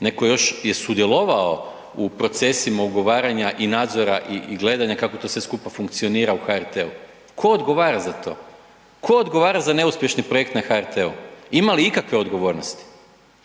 neko još je sudjelovao u procesima ugovaranja i nadzora i, i gledanja kako to sve skupa funkcionira u HRT-u. Tko odgovara za to? Tko odgovara za neuspješni projekt na HRT-u? Ima li ikakve odgovornosti?